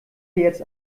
jetzt